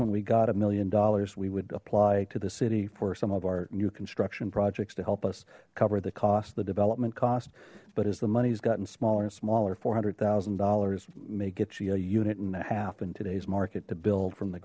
when we got a million dollars we would apply to the city for some of our new construction projects to help us cover the cost the development cost but as the money's gotten smaller and smaller four hundred thousand dollars make it c a unit and a half in today's market to build from the